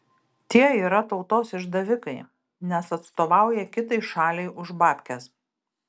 tie yra tautos išdavikai nes atstovauja kitai šaliai už babkes